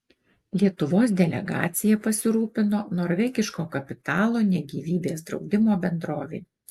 lietuvos delegacija pasirūpino norvegiško kapitalo ne gyvybės draudimo bendrovė